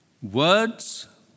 Words